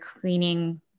cleaning